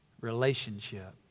relationship